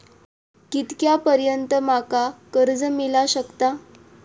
कितक्या पर्यंत माका कर्ज मिला शकता?